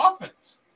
offense